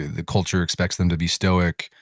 the culture expects them to be stoic,